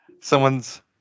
Someone's